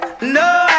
No